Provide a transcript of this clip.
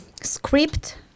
script